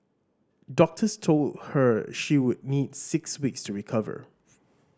doctors told her she would need six weeks to recover